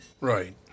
Right